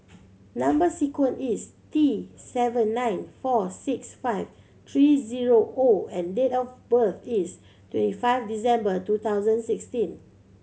number sequence is T seven nine four six five three zero O and date of birth is twenty five December two thousand sixteen